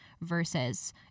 versus